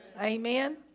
Amen